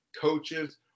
coaches